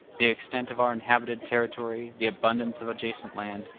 the extent of our inhabited territory, the abundance of adjacent land,